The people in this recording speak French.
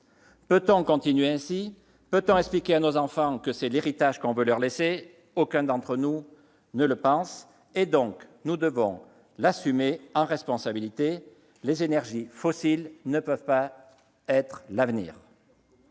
Peut-on continuer ainsi ? Peut-on expliquer à nos enfants que c'est l'héritage qu'on veut leur laisser ? Aucun d'entre nous ne le pense, et donc nous devons l'assumer en responsabilité : les énergies fossiles ne peuvent pas être l'avenir.